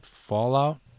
Fallout